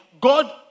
God